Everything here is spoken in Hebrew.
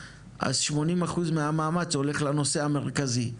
אז 80% מהמאמץ הולך לנושא המרכזי.